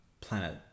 planet